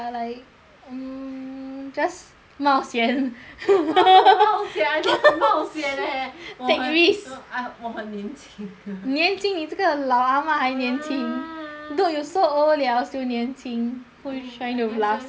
mm just 冒险 I how to 冒险 I can 冒险 leh 我很 take risk I 我很年轻年轻你这个老阿嬷 还年轻 dude you so old liao still 年轻 who you trying to bluff sia that's true